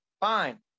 fine